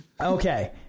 Okay